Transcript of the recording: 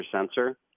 sensor